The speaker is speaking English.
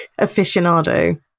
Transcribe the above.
aficionado